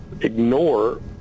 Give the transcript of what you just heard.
ignore